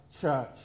Church